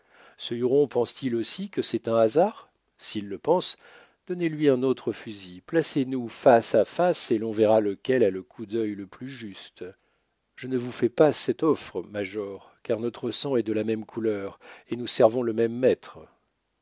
ce huron pense-t-il aussi que c'est un hasard s'il le pense donnez-lui un autre fusil placez nous face à face et l'on verra lequel a le coup d'œil le plus juste je ne vous fais pas cette offre major car notre sang est de la même couleur et nous servons le même maître